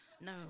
No